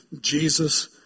Jesus